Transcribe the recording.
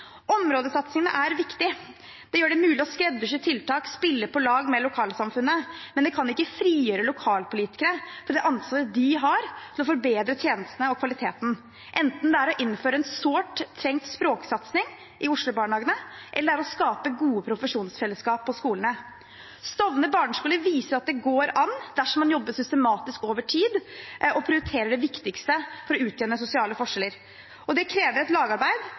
Områdesatsingene er viktige. Det gjør det mulig å skreddersy tiltak og spille på lag med lokalsamfunnet. Men vi kan ikke frita lokalpolitikere for det ansvaret de har for å forbedre tjenestene og kvaliteten, enten det er å innføre en sårt tiltrengt språksatsing i Oslo-barnehagene eller å skape gode profesjonsfellesskap på skolene. Stovner barneskole viser at det går an dersom man jobber systematisk over tid og prioriterer det viktigste for å utjevne sosiale forskjeller. Det krevet et lagarbeid,